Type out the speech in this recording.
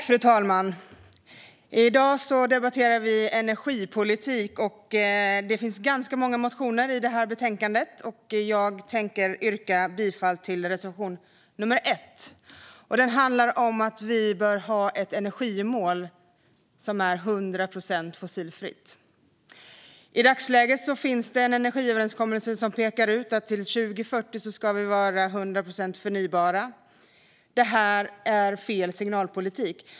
Fru talman! I dag debatterar vi energipolitik. Det finns ganska många motioner i detta betänkande. Jag tänker yrka bifall till reservation 1, som handlar om att vi bör ha ett energimål som är 100 procent fossilfritt. I dagsläget finns det en energiöverenskommelse som pekar ut att vi till 2040 ska vara 100 procent förnybara. Det här är fel signalpolitik.